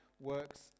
works